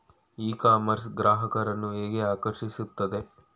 E commerce ಗ್ರಾಹಕರನ್ನು ಹೇಗೆ ಆಕರ್ಷಿಸುತ್ತದೆ?